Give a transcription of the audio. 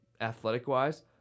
athletic-wise